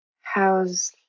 How's